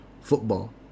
football